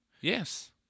Yes